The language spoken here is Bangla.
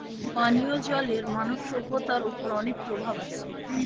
পানিও জলের মানব সভ্যতার ওপর অনেক প্রভাব আছে